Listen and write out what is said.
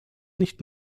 nicht